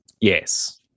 Yes